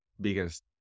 biggest